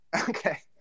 Okay